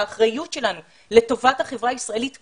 האחריות שלנו לטובת החברה הישראלית כולה,